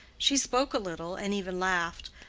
she spoke a little, and even laughed,